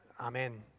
Amen